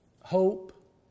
hope